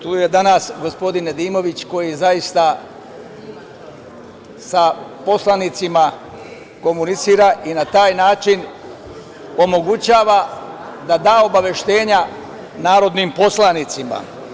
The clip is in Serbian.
Tu je danas gospodin Nedimović, koji zaista sa poslanicima komunicira i na taj način omogućava da da obaveštenja narodnim poslanicima.